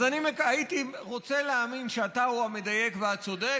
אז אני הייתי רוצה להאמין שאתה הוא המדייק והצודק,